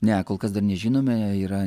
ne kol kas dar nežinome yra